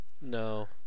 no